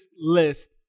list